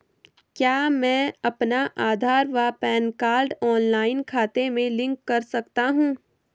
क्या मैं अपना आधार व पैन कार्ड ऑनलाइन खाते से लिंक कर सकता हूँ?